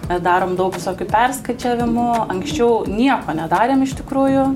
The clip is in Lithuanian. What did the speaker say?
mes darom daug visokių perskaičiavimų anksčiau nieko nedarėm iš tikrųjų